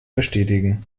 bestätigen